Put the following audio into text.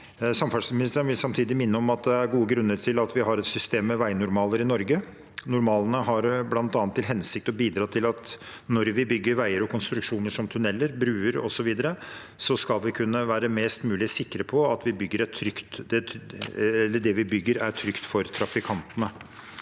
Samferdselsministeren vil samtidig minne om at det er gode grunner til at vi har et system med veinormaler i Norge. Normalene har bl.a. til hensikt å bidra til at når vi bygger veier og konstruksjoner som tunneler, bruer osv., skal vi kunne være mest mulig sikre på at det vi bygger, er trygt for trafikantene.